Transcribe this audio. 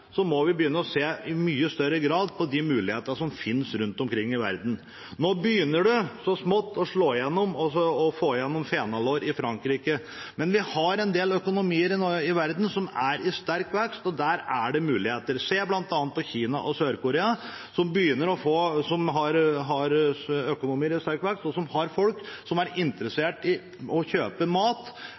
må vi i mye større grad begynne å se på de mulighetene som finnes rundt omkring i verden. Nå begynner så smått fenalår å slå igjennom i Frankrike, men vi har en del økonomier i verden som er i sterk vekst, og der er det muligheter. Se på bl.a. Kina og Sør-Korea, som har økonomier i sterk vekst, og som har folk som er interessert i å kjøpe mat